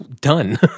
done